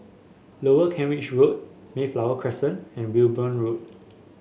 Lower Kent Ridge Road Mayflower Crescent and Wimborne Road